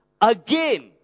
again